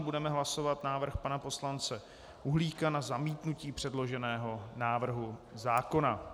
Budeme hlasovat návrh pana poslance Uhlíka na zamítnutí předloženého návrhu zákona.